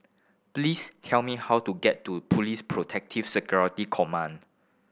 please tell me how to get to Police Protective Security Command